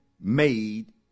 made